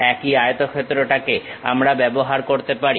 একই আয়তক্ষেত্রটাকে আমরা ব্যবহার করতে পারি